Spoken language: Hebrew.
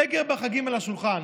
סגר בחגים על השולחן.